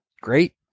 great